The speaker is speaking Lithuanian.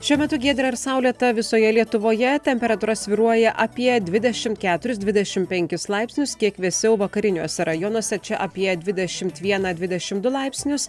šiuo metu giedra ir saulėta visoje lietuvoje temperatūra svyruoja apie dvidešimt keturis dvidešimt penkis laipsnius kiek vėsiau vakariniuose rajonuose čia apie dvidešimt vieną dvidešimt du laipsnius